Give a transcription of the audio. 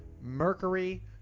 mercury